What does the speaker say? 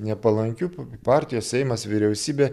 nepalankių partijos seimas vyriausybė